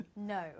No